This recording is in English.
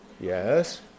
yes